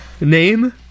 Name